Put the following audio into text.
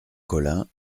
colin